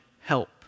help